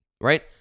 Right